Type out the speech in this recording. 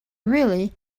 really